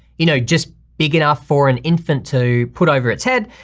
you know just big enough for an infant to put over its head,